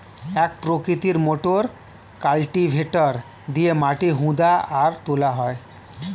এক প্রকৃতির motor cultivator দিয়ে মাটি হুদা আর তোলা হয়